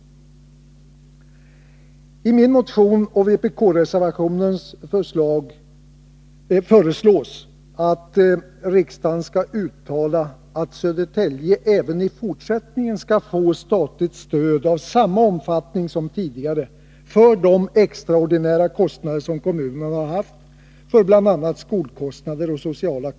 Såväl i min motion som i vpk-reservationen föreslås att riksdagen uttalar att Södertälje kommun även i fortsättningen skall få statligt stöd av samma omfattning som tidigare för de extraordinära kostnader som kommunen har haft på bl.a. skolans område och det sociala området.